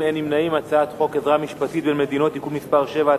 מדינות (תיקון מס' 7),